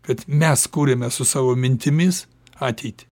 kad mes kuriame su savo mintimis ateitį